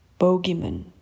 Bogeyman